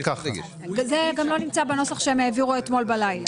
זה גם לא נמצא בנוסח שהם העבירו אתמול בלילה.